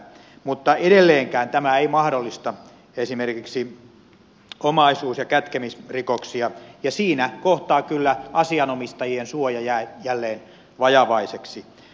mutta edelleenkään tämä ei mahdollista esimerkiksi omaisuus ja kätkemisrikoksia ja siinä kohtaa kyllä asianomistajien suoja jää jälleen vajavaiseksi